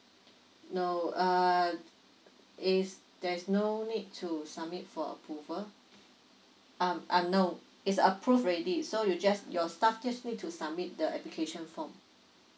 no uh is there's no need to submit for approval um uh no it's approve already so you just your staff just need to submit the application form